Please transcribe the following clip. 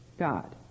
God